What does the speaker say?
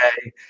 okay